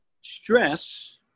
stress